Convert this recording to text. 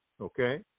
Okay